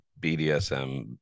bdsm